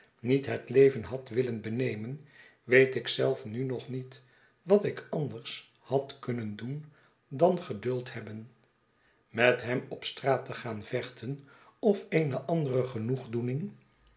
niet het leven had willen benemen weet ik zelf nu nog niet wat ik anders had kunnen doen dan geduld hebben met hem op straat te gaan vechten of eene andere